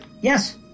Yes